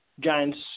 Giants